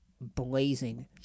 blazing